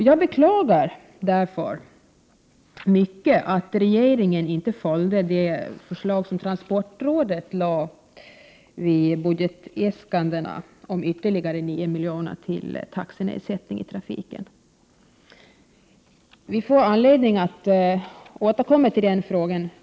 Jag beklagar därför mycket att regeringen inte följde det förslag som transportrådet lade fram i samband med budgetäskandena om ytterligare 9 miljoner till taxenedsättning i trafiken. Vi får anledning att återkomma till den frågan.